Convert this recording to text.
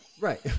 right